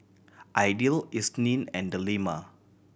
Aidil Isnin and Delima